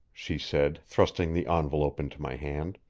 she said, thrusting the envelope into my hand.